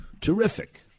Terrific